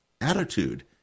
attitude